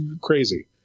Crazy